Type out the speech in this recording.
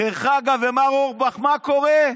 ומר אורבך, מה קורה?